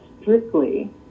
strictly